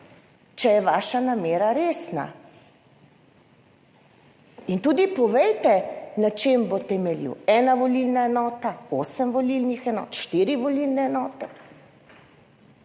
če je vaša namera resna, in tudi povejte na čem bo temeljil. Ena volilna enota, 8 volilnih enot, 4 volilne enote?